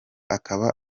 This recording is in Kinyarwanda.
akaba